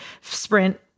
sprint